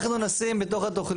איך זה נראה איפה?